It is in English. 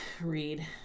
read